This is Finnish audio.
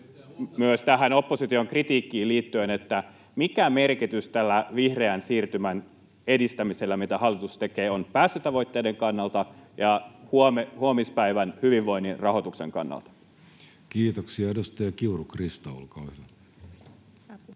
myös tähän opposition kritiikkiin liittyen, mikä merkitys tällä vihreän siirtymän edistämisellä, mitä hallitus tekee, on päästötavoitteiden kannalta ja huomispäivän hyvinvoinnin rahoituksen kannalta? [Speech 136] Speaker: Jussi Halla-aho